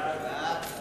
לוועדת החוקה,